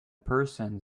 person